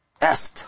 est